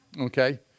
Okay